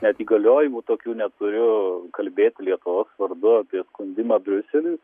net įgaliojimų tokių neturiu kalbėti lietuvos vardu apie skundimą briuseliui